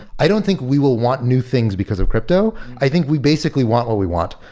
i don't think we will want new things because of crypto. i think we basically want what we want,